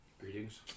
Greetings